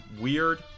weird